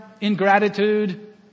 ingratitude